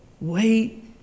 wait